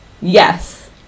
Yes